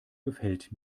gefällt